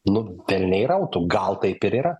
nu velniai rautų gal taip ir yra